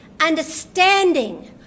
Understanding